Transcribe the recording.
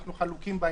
אנו חלוקים בזה.